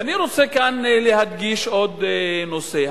ואני רוצה כאן להדגיש עוד נושא,